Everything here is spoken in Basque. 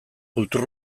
kultur